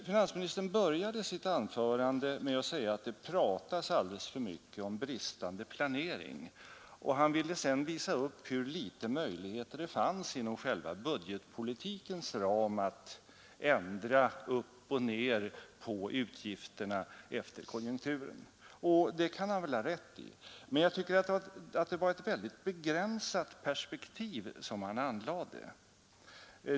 Finansministern började sitt anförande med att säga att det pratas alldeles för mycket om bristande planering, och han ville sedan visa hur små möjligheter det finns inom själva budgetpolitikens ram att ändra upp och ner på utgifterna efter konjunkturen. Och det kan han väl ha rätt i, men jag tycker att det var ett väldigt begränsat perspektiv som han anlade.